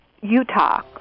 Utah